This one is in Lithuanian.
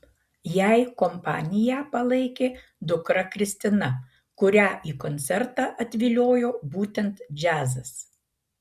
jai kompaniją palaikė dukra kristina kurią į koncertą atviliojo būtent džiazas